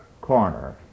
corner